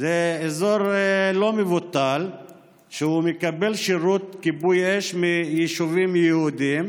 זה אזור לא מבוטל שמקבל שירות כיבוי אש מיישובים יהודיים,